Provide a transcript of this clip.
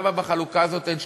למה בחלוקה הזאת אין שקיפות?